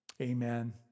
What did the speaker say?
Amen